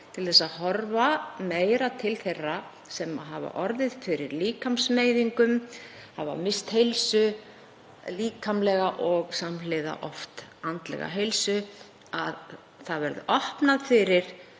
skref að horfa meira til þeirra sem hafa orðið fyrir líkamsmeiðingum, hafa misst heilsu, líkamlega og samhliða oft andlega; að það verði opnað fyrir